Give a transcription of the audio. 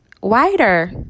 Wider